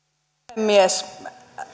puhemies